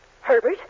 Herbert